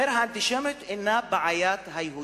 הוא אומר: האנטישמיות אינה בעיית היהודים,